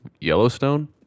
Yellowstone